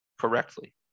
correctly